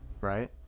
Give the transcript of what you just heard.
right